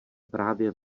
právě